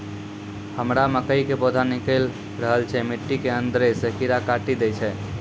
हमरा मकई के पौधा निकैल रहल छै मिट्टी के अंदरे से कीड़ा काटी दै छै?